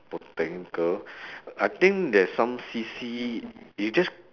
botanical I think there's some C_C you just